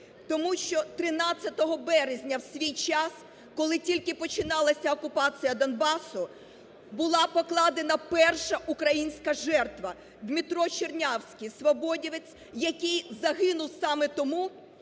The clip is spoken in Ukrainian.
тому що 13 березня в свій час, коли тільки починалася окупація Донбасу, була покладена перша українська жертва. Дмитро Чернявський, "свободівець", який загинув саме тому,